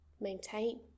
maintain